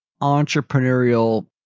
entrepreneurial